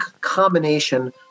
combination